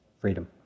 freedom